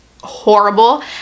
horrible